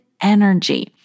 energy